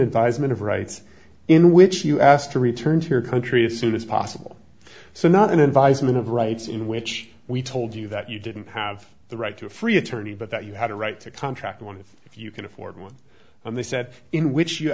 advisement of rights in which you asked to return to your country as soon as possible so not an advisement of rights in which we told you that you didn't have the right to a free attorney but that you had a right to contract one if you can afford one and they said in which you